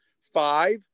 five